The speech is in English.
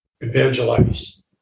evangelize